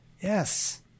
Yes